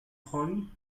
hollie